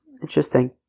Interesting